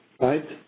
Right